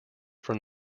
from